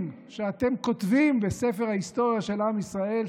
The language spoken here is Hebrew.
שאתם כותבים בספר ההיסטוריה של עם ישראל,